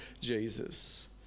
Jesus